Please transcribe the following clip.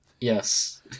Yes